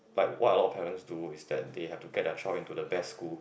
like what a lot parents do is that they had to get they child into the best school